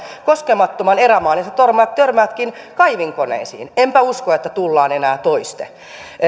koskemattoman erämaan ja sinä törmäätkin kaivinkoneisiin enpä usko että tullaan enää toiste